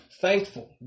thankful